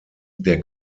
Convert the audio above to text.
der